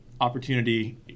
opportunity